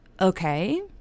okay